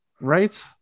Right